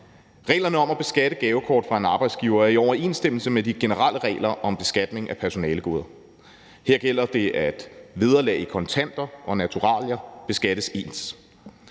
Reglerne om at beskatte gavekort fra en arbejdsgiver er i overensstemmelse med de generelle regler om beskatning af personalegoder. Her gælder det, at vederlag i kontanter og naturalier beskattes ens.